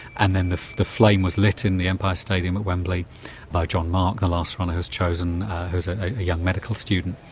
and then the the flame was lit in the empire stadium at wembley by john mark the last runner who was chosen who was a young medical student,